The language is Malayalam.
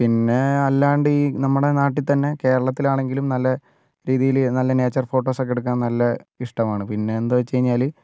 പിന്നെ അല്ലാണ്ട് ഈ നമ്മുടെ നാട്ടിൽ തന്നെ കേരളത്തിലാണെങ്കിലും നല്ല രീതിയിൽ നല്ല നേച്ചർ ഫോട്ടോസൊക്കെ എടുക്കാൻ നല്ല ഇഷ്ട്മാണ് പിന്നെ എന്ത് വച്ച് കഴിഞ്ഞാൽ